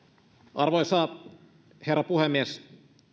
arvoisa herra puhemies